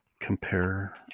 compare